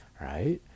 right